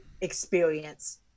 experience